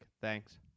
Thanks